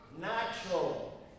Natural